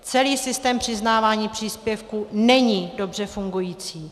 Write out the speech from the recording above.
Celý systém přiznávání příspěvků není dobře fungující.